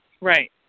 Right